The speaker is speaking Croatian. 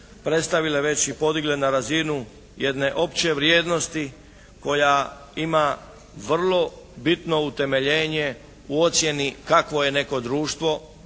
predstavile već i podigle na razinu jedne opće vrijednosti koja ima vrlo bitno utemeljenje u ocjeni kakvo je neko društvo,